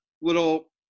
little